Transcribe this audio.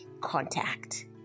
contact